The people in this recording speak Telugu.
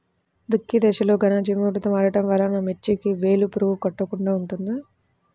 దుక్కి దశలో ఘనజీవామృతం వాడటం వలన మిర్చికి వేలు పురుగు కొట్టకుండా ఉంటుంది?